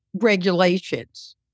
regulations